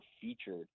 featured